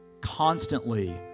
constantly